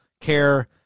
care